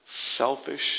selfish